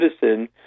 citizen